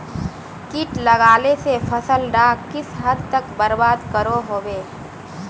किट लगाले से फसल डाक किस हद तक बर्बाद करो होबे?